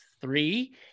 three